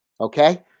Okay